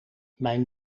mijn